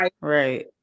Right